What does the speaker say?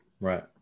Right